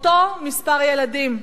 אותו מספר ילדים,